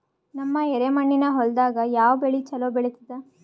ನಮ್ಮ ಎರೆಮಣ್ಣಿನ ಹೊಲದಾಗ ಯಾವ ಬೆಳಿ ಚಲೋ ಬೆಳಿತದ?